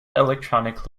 electronic